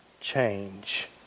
change